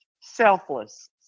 selfless